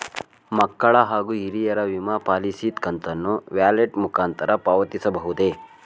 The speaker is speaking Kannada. ಮಕ್ಕಳ ಹಾಗೂ ಹಿರಿಯರ ವಿಮಾ ಪಾಲಿಸಿ ಕಂತನ್ನು ವ್ಯಾಲೆಟ್ ಮುಖಾಂತರ ಪಾವತಿಸಬಹುದೇ?